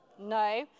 No